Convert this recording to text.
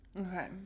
Okay